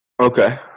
Okay